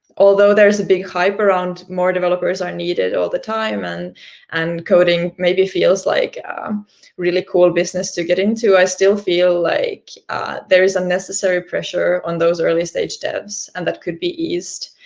although there is a big hype around more developers are needed all the time, and and coding maybe feels like really cool business to get into, i still feel like there is unnecessary pressure on those early-stage devs, and that could be eased